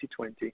2020